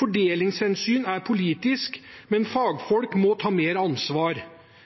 Fordelingshensyn er politisk, men fagfolk må ta mer ansvar.